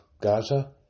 Gaza